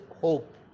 hope